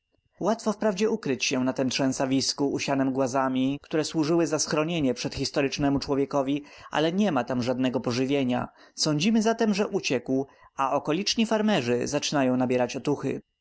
łatwo wprawdzie ukryć się na tem trzęsawisku usianem głazami które służyły za schronienie przedhistorycznemu człowiekowi ale niema tam żadnego pożywienia sądzimy zatem że uciekł a okoliczni fermerzy zaczynają nabierać otuchy